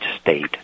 state